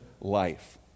Life